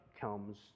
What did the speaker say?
comes